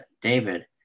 David